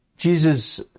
Jesus